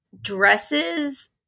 dresses